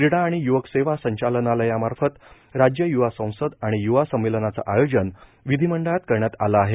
क्रीडा आणि युवक सेवा संचालनालयामार्फत राज्य युवा संसद आणि युवा संमेलनाचं आयोजन विधीमंडळात करण्यात आलं आहे